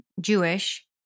Jewish